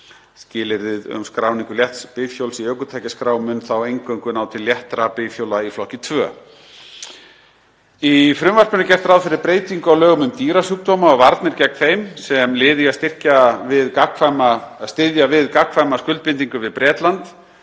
Skilyrðið um skráningu létts bifhjóls í ökutækjaskrá mun þá eingöngu ná til léttra bifhjóla í flokki II. Í frumvarpinu er gert ráð fyrir breytingu á lögum um dýrasjúkdóma og varnir gegn þeim, sem lið í að styðja við gagnkvæma skuldbindingu við Bretland